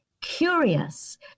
curious